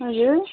हजुर